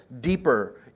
deeper